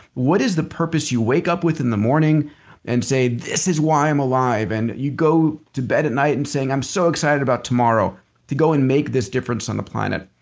what is the purpose you wake up with in the morning and say, this is why i'm alive. and you go to bed at night and saying, i'm so excited about tomorrow to go and make this difference on the planet.